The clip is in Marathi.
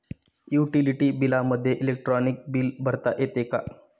युटिलिटी बिलामध्ये इलेक्ट्रॉनिक बिल भरता येते का?